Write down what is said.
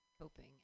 coping